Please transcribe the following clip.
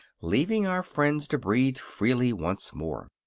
leaving our friends to breathe freely once more.